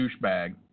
douchebag